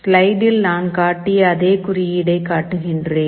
ஸ்லைடில் நான் காட்டிய அதே குறியீடை காட்டுகிறேன்